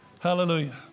hallelujah